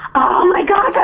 oh my gosh